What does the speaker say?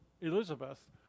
Elizabeth